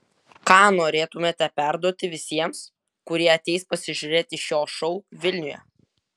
ką norėtumėte perduoti visiems kurie ateis pasižiūrėti šio šou vilniuje